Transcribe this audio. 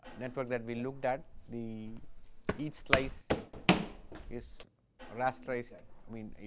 network that we look that, the each slice is ah last raised, i mean,